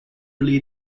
lead